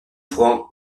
franc